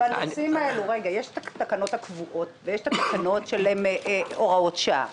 יש את התקנות הקבועות ויש את התקנות שהן הוראות שעה.